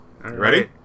Ready